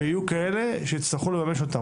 ויהיו כאלה שיצטרכו לממש אותם,